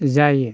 जायो